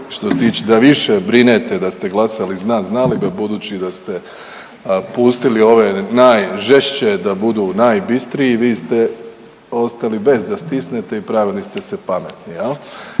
što se tiče, da više brinete da ste glasali zna, znali da budući da ste pustili ove najžešće da budu najbistriji vi ste ostali bez da stisnete i pravili ste se pametni